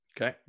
Okay